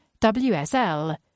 WSL